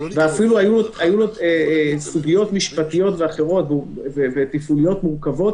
ואפילו היו לו סוגיות משפטיות ותפעוליות מורכבות